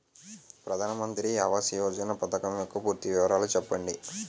ప్రధాన మంత్రి ఆవాస్ యోజన పథకం యెక్క పూర్తి వివరాలు చెప్పండి?